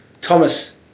Thomas